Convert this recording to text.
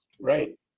Right